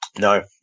No